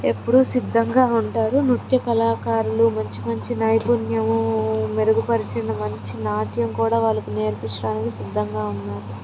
ఎప్పుడూ సిద్ధంగా ఉంటారు నృత్య కళాకారులు మంచి మంచి నైపుణ్యం మెరుగుపరిచిన మంచి నాట్యం కూడా వారికి నేర్పించడానికి సిద్ధంగా ఉన్నారు